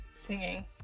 singing